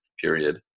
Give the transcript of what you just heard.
period